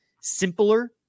simpler